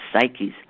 psyche's